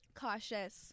Cautious